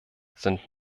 sind